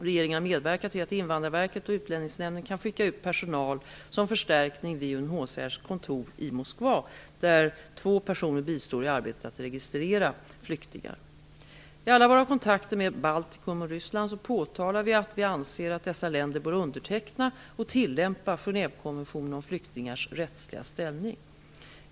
Regeringen har medverkat till att Invandrarverket och Utlänningsnämnden kan skicka ut personal som förstärkning vid UNHCR:s kontor i Moskva, där två personer bistår i arbetet att registrera flyktingar. I alla våra kontakter med Baltikum och Ryssland påtalar vi att vi anser att dessa länder bör underteckna och tillämpa Genèvekonventionen om flyktingars rättsliga ställning.